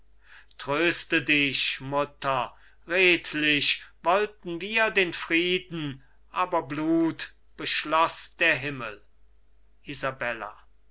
tröste dich mutter redlich wollten wir den frieden aber blut beschloß der himmel isabella